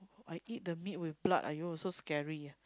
I eat the meat with blood !aiyo! so scary ah